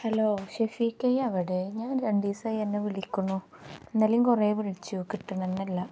hello ഷെഫീക്കേ നീയെവിടെ ഞാൻ രണ്ടു ദിവസമായി നിന്നെ വിളിക്കുന്നു ഇന്നലെയും കുറേ വിളിച്ചു കിട്ടുന്നു തന്നെയില്ല